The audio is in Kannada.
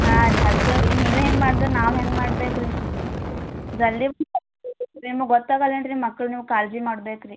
ಹಾಂ ರೀ ಹಚ್ತೇವು ರೀ ನೀವೇ ಹಿಂಗೆ ಮಾಡಿದ್ರೆ ನಾವು ಹೆಂಗೆ ಮಾಡ್ಬೇಕು ರೀ ಜಲ್ದಿ ನಿಮಗೆ ಗೊತ್ತಾಗಲ್ಲ ಏನು ರೀ ಮಕ್ಳು ನೀವು ಕಾಳಜಿ ಮಾಡ್ಬೇಕು ರೀ